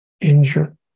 injure